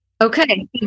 okay